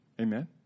Amen